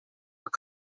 were